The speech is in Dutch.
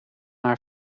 haar